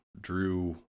Drew